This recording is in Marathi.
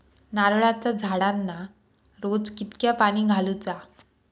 नारळाचा झाडांना रोज कितक्या पाणी घालुचा?